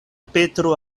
petro